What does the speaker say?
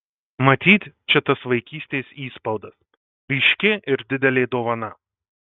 matyt čia tas vaikystės įspaudas ryški ir didelė dovana